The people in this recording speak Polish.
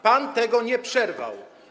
Pan tego nie przerwał.